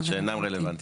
שאינם רלוונטיים.